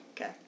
Okay